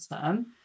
term